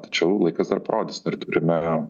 tačiau laikas dar parodys dar turime